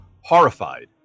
Horrified